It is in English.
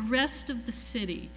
the rest of the city